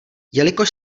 jelikož